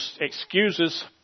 excuses